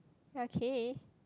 okay